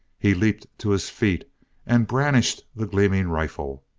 he leaped to his feet and brandished the gleaming rifle.